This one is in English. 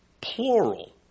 plural